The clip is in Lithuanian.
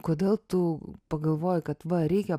kodėl tu pagalvojai kad va reikia